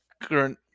current